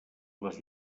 les